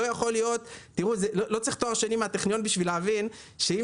לא צריך תואר שני מהטכניון כדי להבין שאם